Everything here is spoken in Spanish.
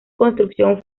construcción